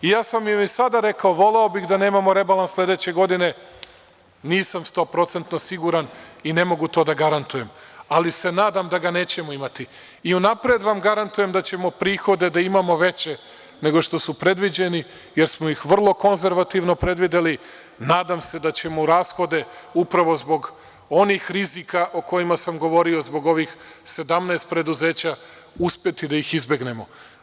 Ja sam i sada rekao, voleo bih da nemamo rebalans sledeće godine, ali nisam 100% siguran i ne mogu to da garantujem, ali se nadam da ga nećemo imati i unapred vam garantujem da ćemo prihode da imamo veće nego što su predviđeni, jer smo ih vrlo konzervativno predvideli, nadam se da ćemo rashode upravo zbog onih rizika o kojima sam govorio, zbog ovih 17 preduzeća, uspeti da ih izbegnemo.